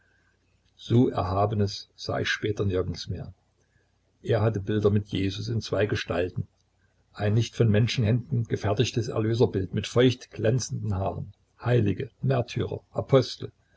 so erhabenes sah ich später nirgends mehr er hatte bilder mit jesus in zwei gestalten ein nicht von menschenhänden gefertigtes erlöserbild mit feucht glänzenden haaren heilige märtyrer apostel